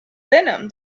venom